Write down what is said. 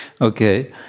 Okay